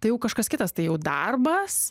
tai jau kažkas kitas tai jau darbas